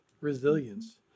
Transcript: resilience